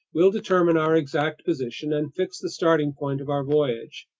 we'll determine our exact position and fix the starting point of our voyage.